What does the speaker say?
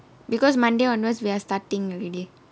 because monday onwards we're starting already